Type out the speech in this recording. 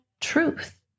truth